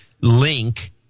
link